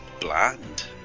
bland